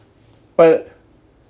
uh